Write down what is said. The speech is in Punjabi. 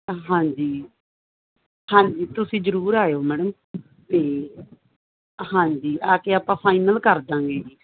ਹਾਂਜੀ ਹਾਂਜੀ ਤੁਸੀਂ ਜਰੂਰ ਆਏ ਹੋ ਮੈਡਮ ਤੇ ਹਾਂਜੀ ਆ ਕੇ ਆਪਾਂ ਫਾਈਨਲ ਕਰ ਦਾਂਗੇ